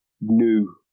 new